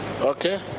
Okay